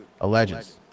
alleges